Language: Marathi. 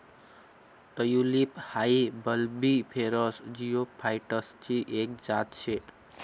टयूलिप हाई बल्बिफेरस जिओफाइटसची एक जात शे